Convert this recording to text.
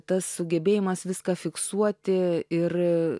tas sugebėjimas viską fiksuoti ir